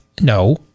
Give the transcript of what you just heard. No